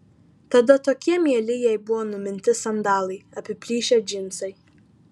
tada tokie mieli jai buvo numinti sandalai apiplyšę džinsai